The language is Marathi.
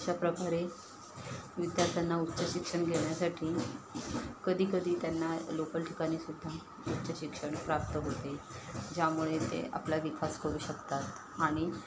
अशा प्रकारे विद्यार्थ्यांना उच्च शिक्षण घेण्यासाठी कधीकधी त्यांना लोकल ठिकाणीसुद्धा उच्च शिक्षण प्राप्त होते ज्यामुळे ते आपला विकास करू शकतात आणि